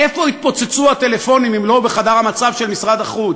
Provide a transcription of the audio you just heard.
איפה התפוצצו הטלפונים אם לא בחדר המצב של משרד החוץ?